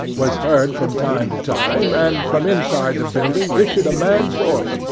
was heard from time to time, and from inside the building issued a man's voice,